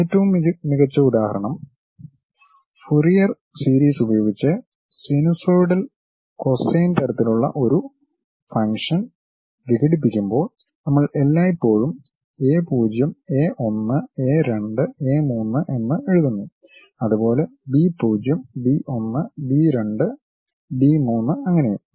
ഏറ്റവും മികച്ച ഉദാഹരണം ഫ്യൂറിയർ സീരീസ് ഉപയോഗിച്ച് സിനുസോയ്ഡൽ കോസൈൻ തരത്തിലുള്ള ഒരു ഫംഗ്ഷൻ വിഘടിപ്പിക്കുമ്പോൾ നമ്മൾ എല്ലായ്പ്പോഴും എ 0 എ 1 എ 2 എ 3 എന്ന് എഴുതുന്നു അതുപോലെ ബി 0 ബി 1 ബി 2 ബി 3 അങ്ങനെയും